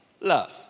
love